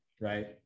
right